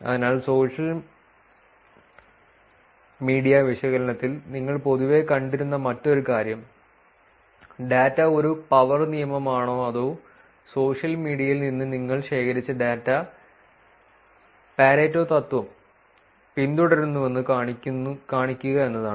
അതിനാൽ social media വിശകലനത്തിൽ നിങ്ങൾ പൊതുവെ കണ്ടിരുന്ന മറ്റൊരു കാര്യം ഡാറ്റ ഒരു പവർ നിയമമാണോ അതോ സോഷ്യൽ മീഡിയയിൽ നിന്ന് നിങ്ങൾ ശേഖരിച്ച ഡാറ്റ പാരേറ്റോ തത്വം പിന്തുടരുന്നുവെന്ന് കാണിക്കുക എന്നതാണ്